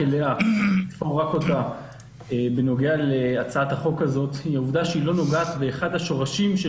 היא העובדה שהצעת החוק לא נוגעת באחד השורשים של